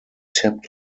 tipped